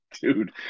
dude